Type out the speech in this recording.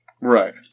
Right